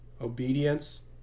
obedience